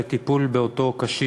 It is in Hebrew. לטיפול באותו קשיש,